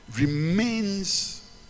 remains